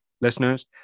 listeners